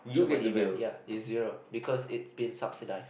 through my email ya it's zero because it's been subsidized